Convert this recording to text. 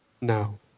No